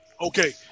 okay